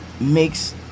makes